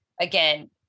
again